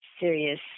serious